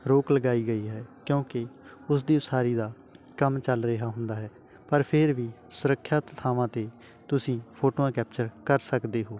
ਰੋਕ ਲਗਾਈ ਗਈ ਹੈ ਕਿਉਂਕਿ ਉਸ ਦੀ ਉਸਾਰੀ ਦਾ ਕੰਮ ਚੱਲ ਰਿਹਾ ਹੁੰਦਾ ਹੈ ਪਰ ਫਿਰ ਵੀ ਸੁਰੱਖਿਆ ਥਾਵਾਂ 'ਤੇ ਤੁਸੀਂ ਫੋਟੋਆਂ ਕੈਪਚਰ ਕਰ ਸਕਦੇ ਹੋ